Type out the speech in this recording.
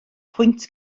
pwynt